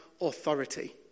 authority